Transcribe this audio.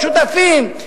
להיות שותפים,